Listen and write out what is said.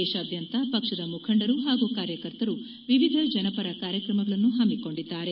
ದೇಶಾದ್ಯಂತ ಪಕ್ಷದ ಮುಖಂಡರು ಹಾಗೂ ಕಾರ್ಯಕರ್ತರು ವಿವಿಧ ಜನಪರ ಕಾರ್ಯುಕ್ರಮಗಳನ್ನು ಪಮ್ಮಿಕೊಂಡಿದ್ದಾರೆ